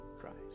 Christ